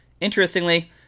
Interestingly